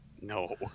No